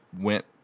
went